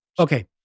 Okay